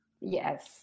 Yes